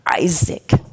Isaac